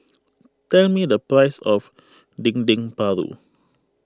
tell me the price of Dendeng Paru